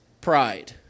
pride